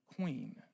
queen